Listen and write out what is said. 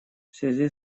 связи